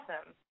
awesome